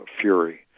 fury